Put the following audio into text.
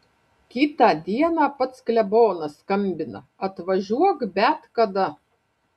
kitą dieną pats klebonas skambina atvažiuok bet kada